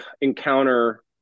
encounter